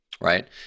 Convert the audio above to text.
right